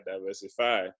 diversify